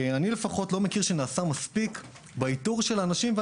אני לפחות לא מכיר שנעשה מספיק באיתור של האנשים.